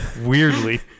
weirdly